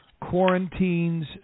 quarantines